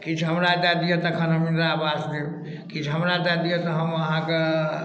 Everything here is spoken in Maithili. किछु हमरा दए दिअ तखन हम इन्दिरावास देब किछु हमरा दए दिअ तऽ हम अहाँके